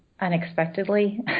unexpectedly